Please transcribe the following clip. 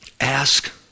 Ask